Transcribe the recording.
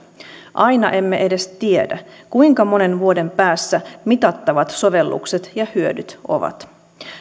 aina emme edes tiedä kuinka monen vuoden päässä mitattavat sovellukset ja hyödyt ovat